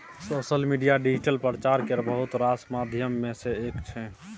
social media digital प्रचार केर बहुत रास माध्यम मे सँ एक छै